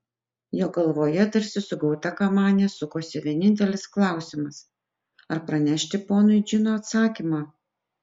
jo galvoje tarsi sugauta kamanė sukosi vienintelis klausimas ar pranešti ponui džino atsakymą